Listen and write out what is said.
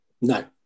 No